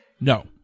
No